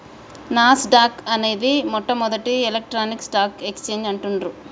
నాస్ dock అనేది మొట్టమొదటి electronic stock exchange అంటుండ్రు